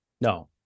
No